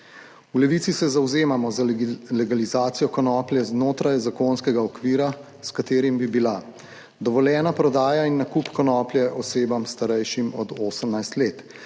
V Levici se zavzemamo za legalizacijo konoplje znotraj zakonskega okvira, s katerim bi bila dovoljena prodaja in nakup konoplje osebam starejšim od 18 let,